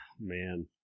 Man